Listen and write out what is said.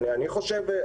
חושב,